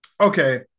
okay